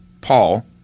Paul